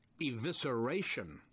evisceration